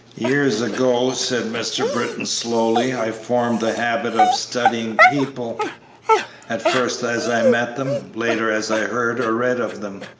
years ago, said mr. britton, slowly, i formed the habit of studying people at first as i met them later as i heard or read of them.